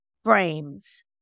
frames